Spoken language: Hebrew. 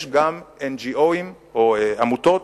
יש גם NGOs או עמותות